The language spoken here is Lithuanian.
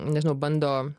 nežino bando